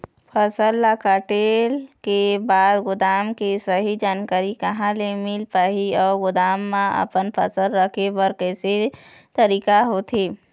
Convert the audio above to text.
फसल ला कटेल के बाद गोदाम के सही जानकारी कहा ले मील पाही अउ गोदाम मा अपन फसल रखे बर कैसे तरीका होथे?